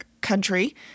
country